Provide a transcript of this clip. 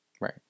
Right